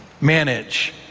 manage